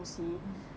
mm